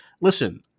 listen